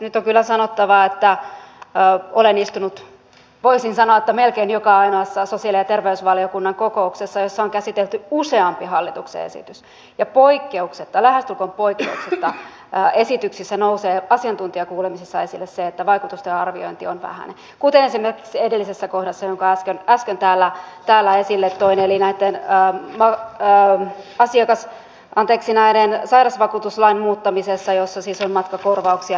nyt on kyllä sanottava että olen istunut voisin sanoa melkein joka ainoassa sosiaali ja terveysvaliokunnan kokouksessa jossa on käsitelty useampi hallituksen esitys ja lähestulkoon poikkeuksetta lähes tuko voi tiskillä ja esityksistä nousee asiantuntijakuulemisissa esille se että vaikutusten arviointi on vähäinen kuten esimerkiksi edellisessä kohdassa jonka äsken täällä esille toin eli näitten hän vaan asiakas anteeksi tämän sairausvakuutuslain muuttamisessa jossa siis on matkakorvauksia lääkekustannuksia ja muita